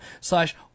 slash